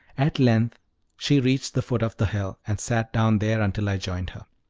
at length she reached the foot of the hill, and sat down there until i joined her.